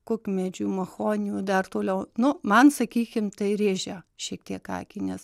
kukmedžių machonių dar toliau nu man sakykim tai rėžia šiek tiek akį nes